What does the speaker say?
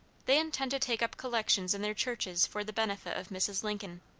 they intend to take up collections in their churches for the benefit of mrs. lincoln.